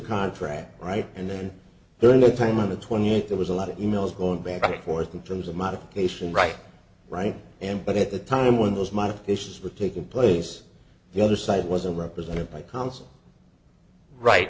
contract right and then there is nothing on the twenty eight that was a lot of e mails going back and forth in terms of modification right right in but at the time when those modifications with taking place the other side wasn't represented by counsel right